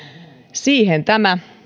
siihen tämä